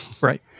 right